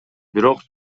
бирок